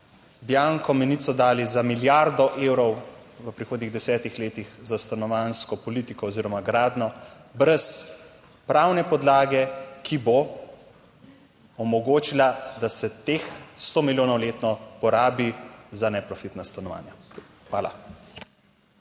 bianco menico dali za milijardo evrov v prihodnjih desetih letih za stanovanjsko politiko oziroma gradnjo brez pravne podlage, ki bo omogočila, da se teh sto milijonov letno porabi za neprofitna stanovanja. Hvala.